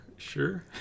sure